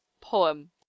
poem